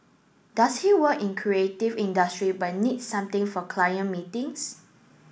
does he work in creative industry but needs something for client meetings